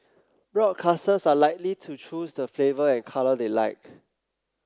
broadcasters are likely to choose the flavour and colour they like